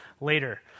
later